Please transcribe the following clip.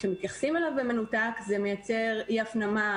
כשמתייחסים אליו במנותק זה מייצר אי הפנמה,